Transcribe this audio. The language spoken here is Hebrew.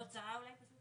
החזר הוצאה אולי?